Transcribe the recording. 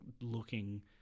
looking